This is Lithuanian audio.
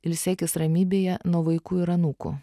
ilsėkis ramybėje nuo vaikų ir anūkų